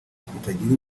kitagira